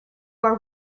are